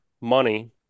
money